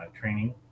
training